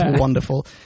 wonderful